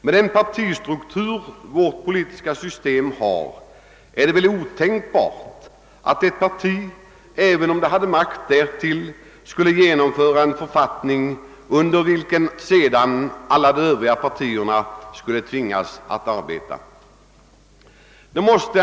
Med den partistruktur vårt politiska system har är det otänkbart att ett enda parti, även om det hade makt därtill, skulle genomföra en författning under vilken sedan alla de övriga partierna skulle tvingas arbeta.